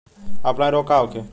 Offline रोग का होखे?